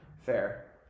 Fair